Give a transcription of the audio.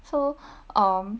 so um